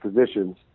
positions